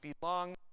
belong